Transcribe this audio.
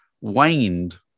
waned